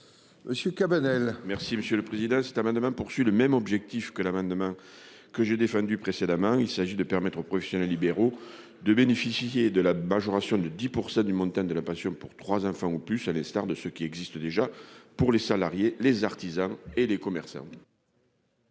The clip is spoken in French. présenter l'amendement n° 48 rectifié. Cet amendement a le même objectif que l'amendement que j'ai défendu précédemment. Il s'agit de permettre aux professionnels libéraux de bénéficier de la majoration de 10 % du montant de la pension pour trois enfants ou plus, à l'instar de ce qui existe déjà pour les salariés, les artisans et les commerçants.